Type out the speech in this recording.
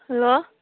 hello